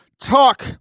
talk